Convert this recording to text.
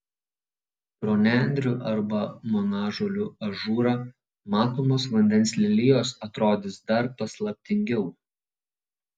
pro nendrių arba monažolių ažūrą matomos vandens lelijos atrodys dar paslaptingiau